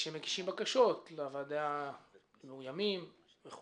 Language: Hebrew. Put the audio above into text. כשהם מגישים בקשות ואומרים שהם מאוימים הם